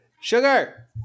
Sugar